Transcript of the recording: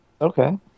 Okay